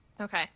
Okay